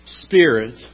spirit